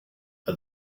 are